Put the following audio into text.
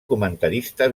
comentarista